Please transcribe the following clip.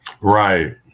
Right